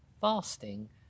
fasting